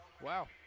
Wow